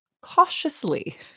Cautiously